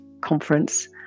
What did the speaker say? conference